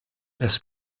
das